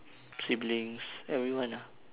siblings everyone lah